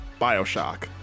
Bioshock